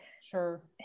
Sure